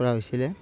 কৰা গৈছিল